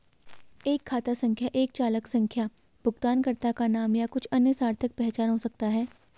एक खाता संख्या एक चालान संख्या भुगतानकर्ता का नाम या कुछ अन्य सार्थक पहचान हो सकता है